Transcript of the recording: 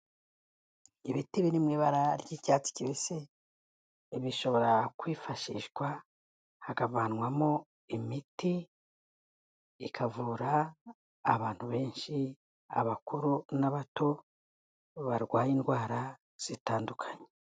Ibiti biri mu ibara ry'icyatsi kibisi bishobora kwifashishwa hakavanwamo imiti ikavura abantu benshi abakuru n'abato barwaye indwara zitandukanye.